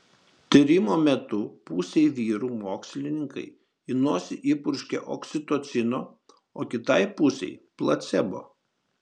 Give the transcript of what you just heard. tyrimo metu pusei vyrų mokslininkai į nosį įpurškė oksitocino o kitai pusei placebo